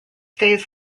days